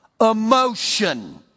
emotion